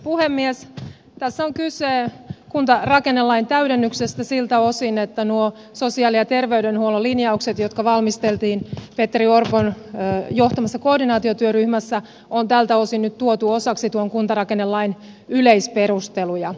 tässä on kyse kuntarakennelain täydennyksestä siltä osin että nuo sosiaali ja terveydenhuollon linjaukset jotka valmisteltiin petteri orpon johtamassa koordinaatiotyöryhmässä on tältä osin nyt tuotu osaksi tuon kuntarakennelain yleisperusteluja